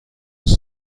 شاید